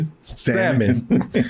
salmon